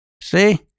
See